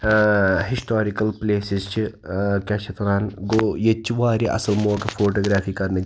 ٲں historical places چھِ ٲں کیاہ چھِ اَتھ وَنان گوٚو ییٚتہِ چھِ واریاہ اصٕل موقعہٕ فوٗٹوٗگرٛافی کَرنٕکۍ